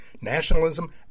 nationalism